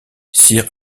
sir